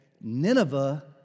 Nineveh